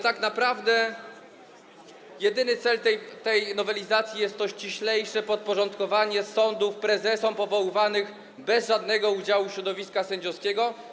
Tak naprawdę jedyny cel tej nowelizacji to ściślejsze podporządkowanie sądów prezesom powoływanym bez żadnego udziału środowiska sędziowskiego.